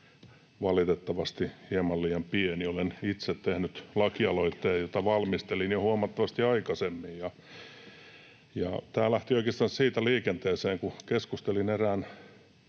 valitettavasti hieman liian pieni. Olen itse tehnyt lakialoitteen, jota valmistelin jo huomattavasti aikaisemmin. Tämä lähti oikeastaan siitä liikenteeseen, kun keskustelin erään